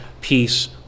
peace